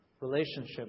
relationship